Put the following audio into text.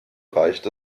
reicht